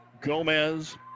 Gomez